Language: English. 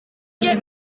get